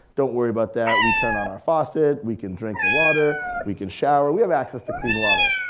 don't worry about that. we turn on our faucet, we can drink the water, we can shower, we have access to clean water,